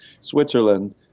Switzerland